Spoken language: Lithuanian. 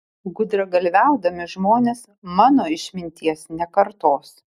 gudragalviaudami žmonės mano išminties nekartos